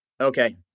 Okay